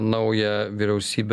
naują vyriausybę